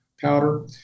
powder